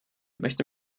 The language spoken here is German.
möchte